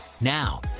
Now